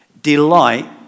Delight